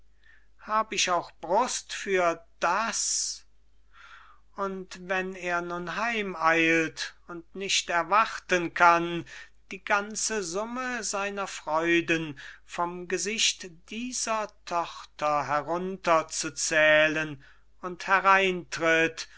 hab ich auch brust für das und wenn er nun heimeilt und nicht erwarten kann die ganze summe seiner freuden vom gesicht dieser tochter herunter zu zählen und hereintritt